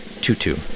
tutu